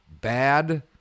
Bad